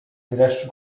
dreszcz